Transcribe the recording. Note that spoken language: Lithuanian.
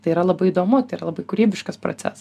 tai yra labai įdomu tai yra labai kūrybiškas procesas